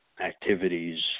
activities